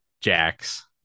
Jack's